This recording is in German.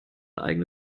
eigene